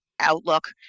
outlook